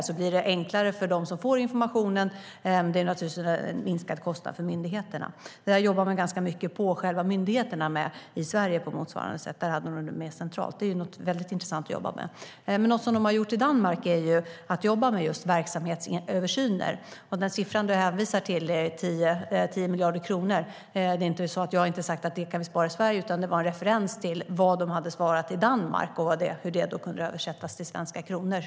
Det blir enklare för dem som får informationen och naturligtvis en minskad kostnad för myndigheterna. Jag har på motsvarande sätt jobbat ganska mycket med det vid själva myndigheterna. I Storbritannien gjordes det mer centralt. Det är mycket intressant att jobba med.I Danmark har de jobbat med verksamhetsöversyner. Den siffra jag hänvisade till, 10 miljarder kronor, var inte vad jag sa att vi kunde spara i Sverige, utan det var en referens till vad de hade sparat i Danmark och hur det kunde översättas till svenska kronor.